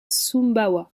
sumbawa